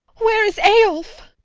where is eyolf?